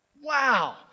Wow